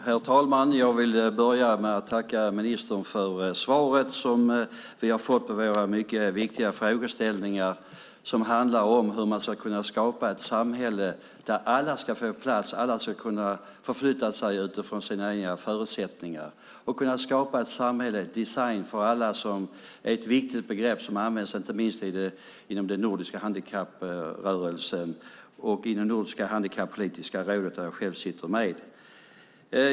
Herr talman! Jag vill börja med att tacka ministern för det svar som vi har fått på våra mycket viktiga frågor som handlar om hur man ska kunna skapa ett samhälle där alla ska få plats, alla ska kunna förflytta sig utifrån sina egna förutsättningar och skapa ett samhälle designat för alla, som är ett viktigt begrepp som används inte minst i den nordiska handikapprörelsen och det nordiska handikappolitiska rådet, där jag själv sitter med.